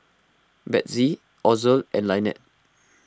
Bethzy Ozell and Lynette